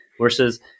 versus